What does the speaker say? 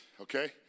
okay